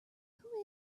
who